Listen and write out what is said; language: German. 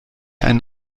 einen